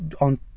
on